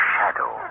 Shadow